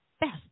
best